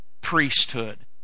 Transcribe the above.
priesthood